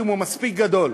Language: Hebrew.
אם הוא מספיק גדול.